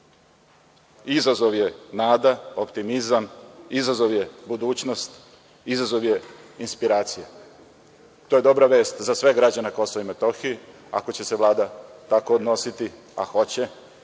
Izazov je nada, optimizam, izazov je budućnost, izazov je inspiracija. To je dobra vest za sve građane na Kosovu i Metohiji, ako će se Vlada tako odnositi, a hoće.